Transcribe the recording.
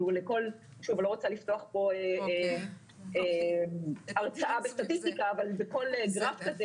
אני לא רוצה לפתוח כאן הרצאה בסטטיסטיקה אבל בכל גרף כזה